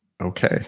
Okay